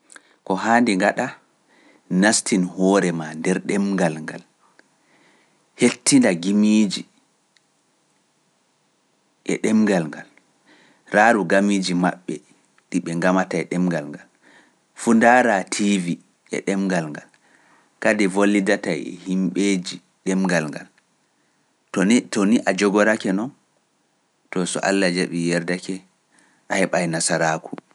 Ko haandi ngaɗa, nasti hoore maa nder ɗemngal ngal, hettina gimiiji e ɗemngal ngal, raaru gamiiji maɓɓe ɗi ɓe ngamata e ɗemngal ngal, fu ndaaraa tiivi e ɗemngal ngal, kadi volidatai e himɓeeji ɗemngal ngal. To nii a jogorake non, to so Allah jaɓi yerdake, a heɓa e Nasaraaku.